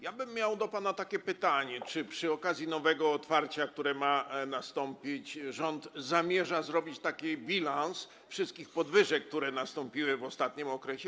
Miałbym do pana takie pytanie: Czy przy okazji nowego otwarcia, które ma nastąpić, rząd zamierza zrobić bilans wszystkich podwyżek, które nastąpiły w ostatnim okresie?